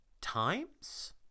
times